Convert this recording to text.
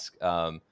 ask